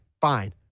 fine